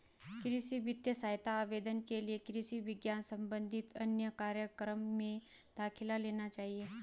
कृषि वित्तीय सहायता आवेदन के लिए कृषि विज्ञान संबंधित अध्ययन कार्यक्रम में दाखिला लेना चाहिए